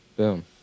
Boom